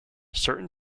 certain